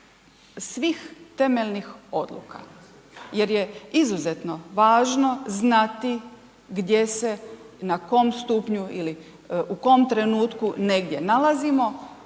svih temeljnih odluka, jer je izuzetno važno znati gdje se, na kom stupnju ili u kom trenutku negdje nalazimo